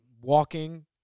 walking